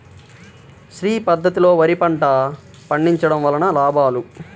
శ్రీ పద్ధతిలో వరి పంట పండించడం వలన లాభాలు?